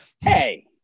Hey